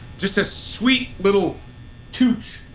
just a sweet little touch.